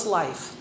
life